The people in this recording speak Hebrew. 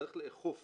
צריך לאכוף